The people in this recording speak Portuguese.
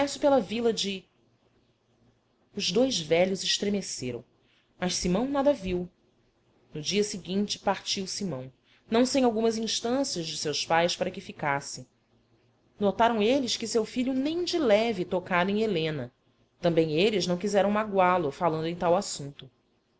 pela vila de os dois velhos estremeceram mas simão nada viu no dia seguinte partiu simão não sem algumas instâncias de seus pais para que ficasse notaram eles que seu filho nem de leve tocara em helena também eles não quiseram magoá lo falando em tal assunto